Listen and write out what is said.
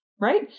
Right